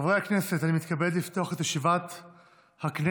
חברי הכנסת, אני מתכבד לפתוח את ישיבת הכנסת.